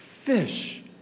fish